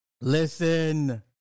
Listen